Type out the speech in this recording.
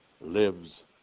lives